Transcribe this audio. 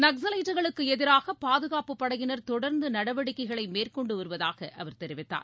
நக்ஸலைட்டுகளுக்கு எதிராக பாதுகாப்புப் படையினர் தொடர்ந்து நடவடிக்கைகளை மேற்கொண்டு வருவதாக அவர் தெரிவித்தார்